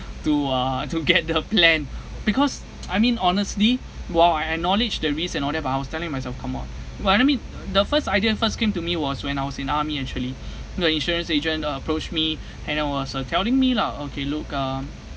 to uh to get the plan because I mean honestly while I acknowledged the risk and all that but I was telling myself come on what I mean the first idea first came to me was when I was in army actually you know insurance agent uh approached me and I was uh telling me lah okay look um